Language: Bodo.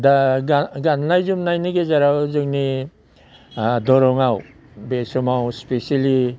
दा गाननाय जोमनायनि गेजेराव जोंनि दरङाव बे समाव स्पेसेलि